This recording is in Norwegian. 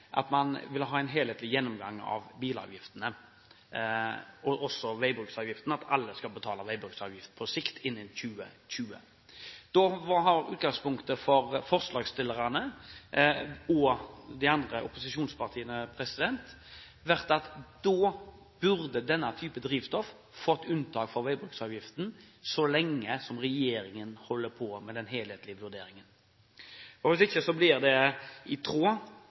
at man vil ha en helhetlig gjennomgang av bilavgiftene, også av veibruksavgiften, at alle skal betale veibruksavgift på sikt innen 2020. Utgangspunktet for forslagsstillerne og de andre opposisjonspartiene har da vært at denne type drivstoff burde få unntak fra veibruksavgiften så lenge regjeringen holder på med den helhetlige vurderingen. Hvis ikke blir det, som Arbeiderpartiets medlem i energi- og miljøkomiteen, Torstein Rudihagen, sier, ikke i tråd